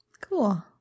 cool